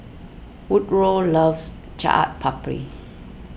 Woodroe loves Chaat Papri